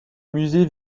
musée